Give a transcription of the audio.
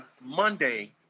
Monday